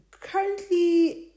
currently